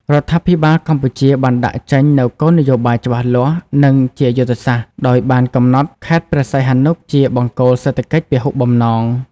រដ្ឋាភិបាលកម្ពុជាបានដាក់ចេញនូវ គោលនយោបាយច្បាស់លាស់ និងជាយុទ្ធសាស្ត្រ ដោយបានកំណត់ ខេត្តព្រះសីហនុជា បង្គោលសេដ្ឋកិច្ចពហុបំណង។